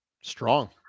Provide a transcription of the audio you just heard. Strong